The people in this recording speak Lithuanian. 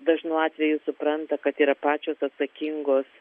dažnu atveju supranta kad yra pačios atsakingos